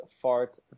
fart